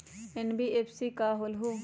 NBFC का होलहु?